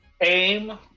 aim